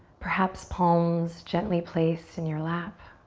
perhaps palms gently placed in your lap.